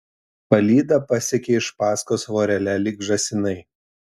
palyda pasekė iš paskos vorele lyg žąsinai